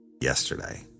yesterday